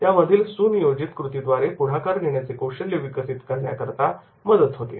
त्यामधील सुनियोजित कृतीद्वारे पुढाकार घेण्याचे कौशल्य विकसित करण्याकरता मदत होते